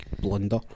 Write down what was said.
blunder